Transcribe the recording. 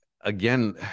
again